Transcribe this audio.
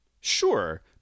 Sure